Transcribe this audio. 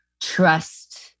trust